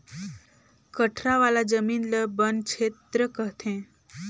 कठरा वाला जमीन ल बन छेत्र कहथें